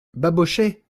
babochet